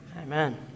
Amen